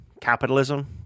capitalism